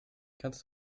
kannst